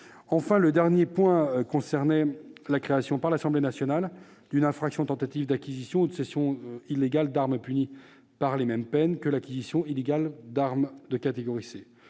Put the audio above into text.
Enfin, le dernier sujet concernait la création, par l'Assemblée nationale, d'une infraction de tentative d'acquisition ou de cession illégale d'armes, punie des mêmes peines que l'acquisition illégale d'armes de catégorie C.